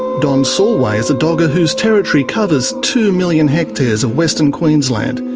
don sallway is a dogger whose territory covers two million hectares of western queensland.